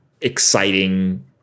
exciting